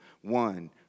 one